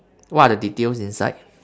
what are the details inside